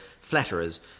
flatterers